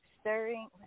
Stirring